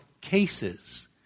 cases